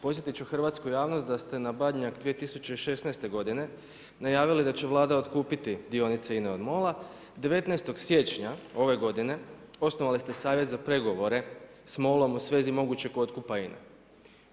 Podsjetit ću hrvatsku javnost da ste na Badnjak 2016. godine najavili da će Vlada otkupiti dionice INA-e od MOL-a, 19. siječnja ove godine osnovali ste Savjet za pregovore s MOL-om u svezi mogućeg otkupa INA-e.